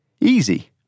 Easy